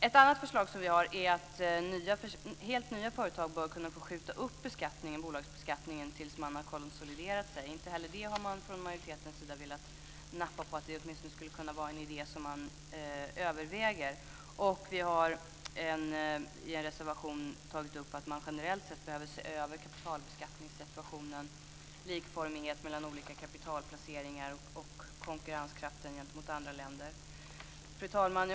Ett annat förslag som vi har väckt är att helt nya företag bör kunna få skjuta upp bolagsbeskattningen tills de har konsoliderat sig. Inte heller det har man från majoritetens sida velat nappa på, att det åtminstone skulle kunna vara en idé som man överväger. Vi har i en reservation tagit upp att man generellt sett behöver se över kapitalbeskattningen, likformighet mellan olika kapitalplaceringar och konkurrenskraften gentemot andra länder. Fru talman!